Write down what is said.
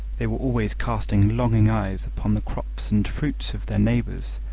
they were always casting longing eyes upon the crops and fruits of their neighbours,